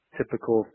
typical